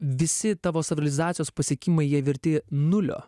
visi tavo savirealizacijos pasiekimai jie verti nulio